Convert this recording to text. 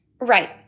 Right